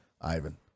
Ivan